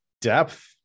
Depth